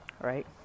Right